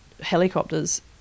helicopters